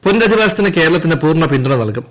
പുനരധിവാസത്തിന് കേരളത്തിന് പൂർണ്ണ പിന്തുണ നൽകും